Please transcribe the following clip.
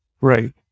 Right